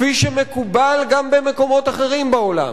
כפי שמקובל גם במקומות אחרים בעולם,